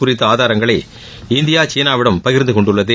குறித்த ஆதாரங்களை இந்தியா சீனாவிடம் பகிர்ந்து கொண்டுள்ளது